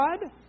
God